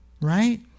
right